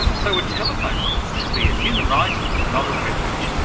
so a telephone call should be a human right not a privilege,